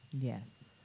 Yes